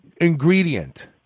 ingredient